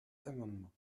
amendement